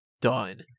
done